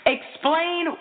Explain